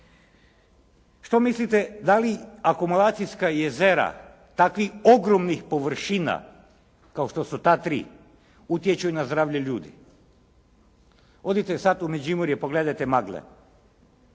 Što mislite dali akumulacijska jezera takvih ogromnih površina kao što su ta tri utječu na zdravlje ljudi. Odite sada u Međimurje pogledajte magle.